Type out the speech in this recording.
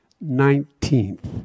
Nineteenth